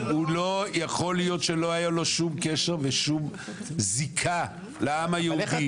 חוק הנכד יכול להיות שלא היה לו שום קשר ושום זיקה לעם היהודי.